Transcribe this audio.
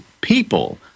people